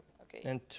okay